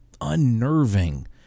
unnerving